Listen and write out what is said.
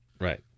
Right